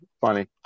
Funny